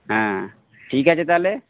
হ্যাঁ ঠিক আছে তাহলে